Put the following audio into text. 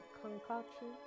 concoction